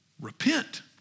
Repent